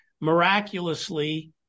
miraculously